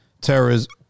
terrorism